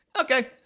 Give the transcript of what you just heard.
okay